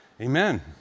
amen